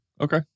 Okay